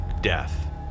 death